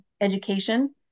education